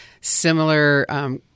similar